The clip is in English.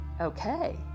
okay